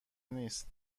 نیست